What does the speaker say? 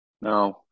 No